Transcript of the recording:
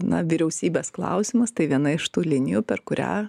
na vyriausybės klausimas tai viena iš tų linijų per kurią